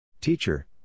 teacher